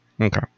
okay